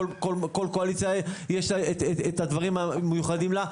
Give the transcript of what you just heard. לכל קואליציה יש את הדברים המיוחדים לה.